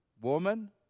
woman